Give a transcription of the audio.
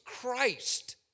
Christ